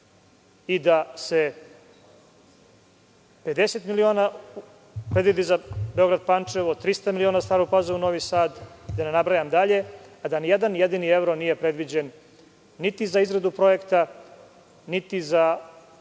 i da se 50 miliona predvidi za Beograd – Pančevo, 300 miliona za Staru Pazovu – Novi Sad, da ne nabrajam dalje, a da ni jedan jedini evro nije predviđen niti za izradu projekta, niti za